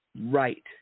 right